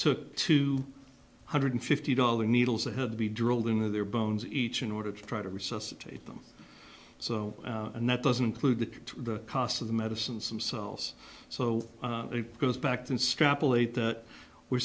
took two hundred fifty dollar needles that had to be drilled into their bones each in order to try to resuscitate them so and that doesn't include the cost of the medicines themselves so it goes back to strap a late that we're